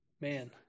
man